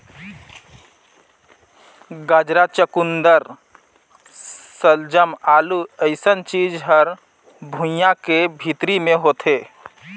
गाजरा, चकुंदर सलजम, आलू अइसन चीज हर भुइंयां के भीतरी मे होथे